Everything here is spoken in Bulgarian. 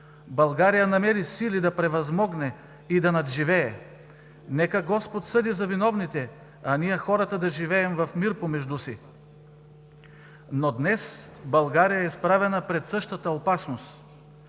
България намери сили да превъзмогне и да надживее! Нека Господ съди виновните, а ние хората да живеем в мир помежду си. Но днес България е изправена пред същата опасност!